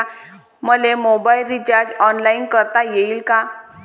मले mobile recharge online करता येईन का?